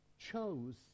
chose